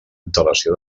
antelació